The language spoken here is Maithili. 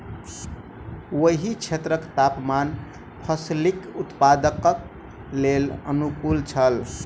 ओहि क्षेत्रक तापमान फसीलक उत्पादनक लेल अनुकूल छल